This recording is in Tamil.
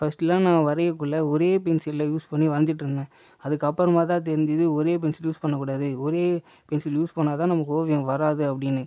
ஃபர்ஸ்ட் எல்லா நான் வரையக்குள்ள ஒரே பென்சிலை யூஸ் பண்ணி வரைஞ்சிட்டிந்தேன் அதுக்கு அப்புறமாக தான் தெரிஞ்சுது ஒரே பென்சில் யூஸ் பண்ணக்கூடாது ஒரே பென்சில் யூஸ் பண்ணால்தான் நமக்கு ஓவியம் வராது அப்படின்னு